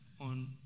on